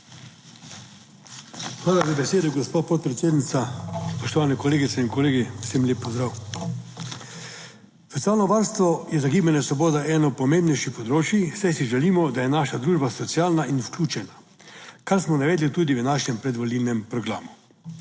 Hvala za besedo, gospa podpredsednica, Spoštovane kolegice in kolegi, vsem lep pozdrav! Socialno varstvo je za Gibanje Svoboda eno pomembnejših področij, saj si želimo, da je naša družba socialna in vključena, kar smo navedli tudi v našem predvolilnem programu.